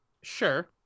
Sure